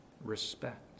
respect